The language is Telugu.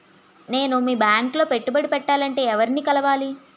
నేను మీ బ్యాంక్ లో పెట్టుబడి పెట్టాలంటే ఎవరిని కలవాలి?